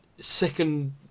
second